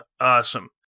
Awesome